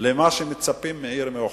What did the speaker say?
למה שמצפים מעיר מאוחדת.